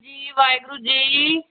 ਜੀ ਵਾਹਿਗੁਰੂ ਜੀ